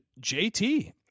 JT